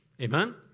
Amen